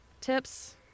tips